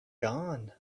gone